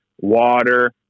water